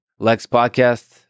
LEXPODCAST